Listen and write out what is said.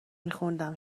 میخوندم